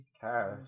Cash